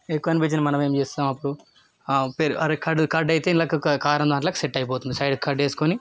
ఎక్కువ అనిపించింది మనం ఏం చేస్తాం అప్పుడు పెరు అరె కర్డ్ కర్డ్ అయితే ఇందులోకి కారం దాంట్లోకి సెట్ అయిపోతుంది సైడ్ కర్డ్ వేస్కోని